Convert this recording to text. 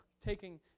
taking